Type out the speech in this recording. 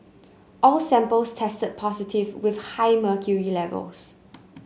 all samples tested positive with high mercury levels